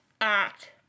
act